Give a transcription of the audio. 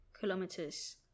kilometers